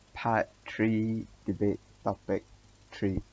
part three debate topic three